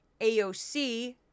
AOC